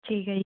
ਠੀਕ ਹੈ ਜੀ